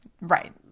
Right